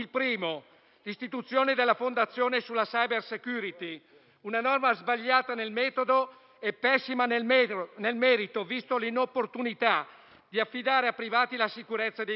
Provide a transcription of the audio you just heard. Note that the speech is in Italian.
sull'istituzione della fondazione sulla *cybersecurity*: una norma sbagliata nel metodo e pessima nel merito, vista la inopportunità di affidare a privati la sicurezza dei dati.